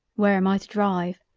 where am i to drive?